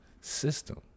system